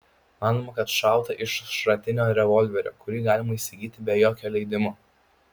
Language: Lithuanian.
manoma kad šauta iš šratinio revolverio kurį galima įsigyti be jokio leidimo